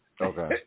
Okay